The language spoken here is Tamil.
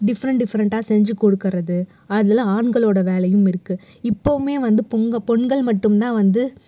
டிஃப்ரண்ட் டிஃப்ரண்டாக செஞ்சு கொடுக்கிறது அதில் ஆண்களோடய வேலையும் இருக்குது இப்பவுமே வந்து பெண்கள் மட்டுந்தான் வந்து